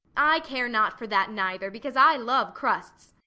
i care not for that neither, because i love crusts.